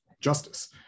justice